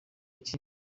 iki